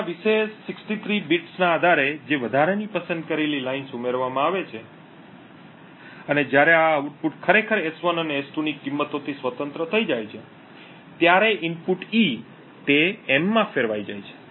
હવે આ વિશેષ 63 બિટ્સના આધારે જે વધારાની પસંદ કરેલી લીટીઓ ઉમેરવામાં આવે છે અને જ્યારે આ આઉટપુટ ખરેખર S1 અને S2 ની કિંમતોથી સ્વતંત્ર થઈ જાય છે ત્યારે ઇનપુટ E તે M માં ફેરવાઈ જાય છે